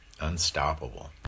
unstoppable